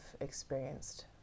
experienced